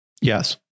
Yes